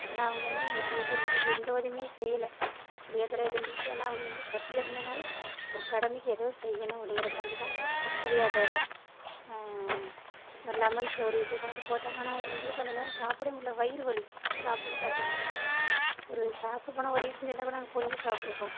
ஆனால் அவங்க வந்து நிறைய பேர் எங்களுக்கு எந்த உதவியுமே செய்யலை புளியோதரை கிண்டி ஏன்னா அவங்க எதுவும் கட்சியில் இருந்ததுனால ஒரு கடமைக்கு ஏதோ செய்யணும் அப்படிங்கிறக்காண்டி தான் புளியோதோரை இத்மாதிரி லெமன் சோறு இப்படி கொண்டு வந்து போட்டாங்க ஆனால் எங்களுக்கு அந்த நேரம் சாப்பிடவே முடியல வயிறு வலி அது சாப்பிட்னோனே சாப்பிட்னோன்னே ஒரு காசு பணம் உதவி செஞ்சி இருந்தா கூட நாங்கள் பொங்கி சாப்பிட்ருப்போம்